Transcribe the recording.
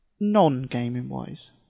non-gaming-wise